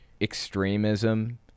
extremism